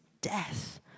death